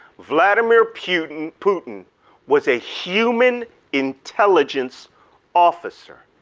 vladimir putin putin was a human intelligence officer.